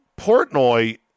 Portnoy